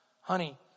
honey